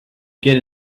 get